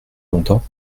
longtemps